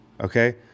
Okay